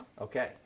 Okay